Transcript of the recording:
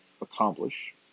accomplish